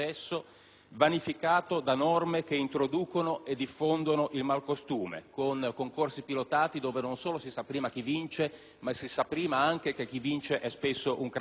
vanificati da norme che introducono e diffondono il malcostume, con concorsi pilotati dove non solo si sa prima chi vince, ma si sa prima anche che chi vince è spesso un cretino.